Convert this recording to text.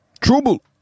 Trouble